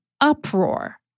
uproar